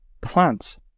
plants